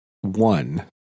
one